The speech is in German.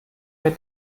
mir